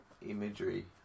imagery